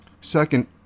Second